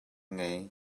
ngei